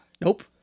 Nope